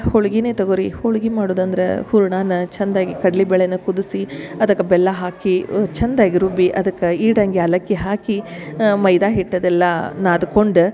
ಹೋಳಿಗೀನೆ ತಗೊರಿ ಹೋಳಿಗಿ ಮಾಡುದಂದ್ರ ಹೂರ್ಣನ ಚಂದಾಗಿ ಕಡಲಿ ಬೇಳೆನ ಕುದಸಿ ಅದಕ್ಕ ಬೆಲ್ಲ ಹಾಕಿ ಚಂದಾಗಿ ರುಬ್ಬಿ ಅದಕ್ಕೆ ಇಡಂಗಿ ಏಲಕ್ಕಿ ಹಾಕಿ ಮೈದ ಹಿಟ್ಟು ಅದೆಲ್ಲ ನಾದ್ಕೊಂಡು